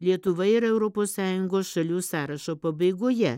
lietuva yra europos sąjungos šalių sąrašo pabaigoje